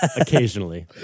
Occasionally